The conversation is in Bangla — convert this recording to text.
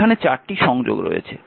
এখানে 4টি সংযোগ রয়েছে